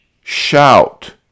shout